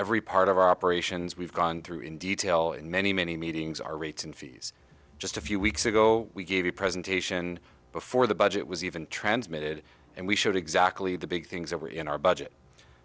every part of our operations we've gone through in detail in many many meetings our rates and fees just a few weeks ago we gave a presentation before the budget was even transmitted and we showed exactly the big things that were in our budget